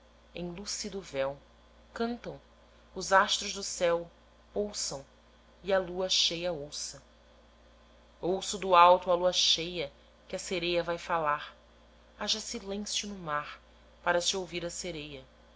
em lúcido véu cantam os astros do céu ouçam e a lua cheia ouça ouço do alto a lua cheia que a sereia vai falar haja silêncio no mar para se ouvir a sereia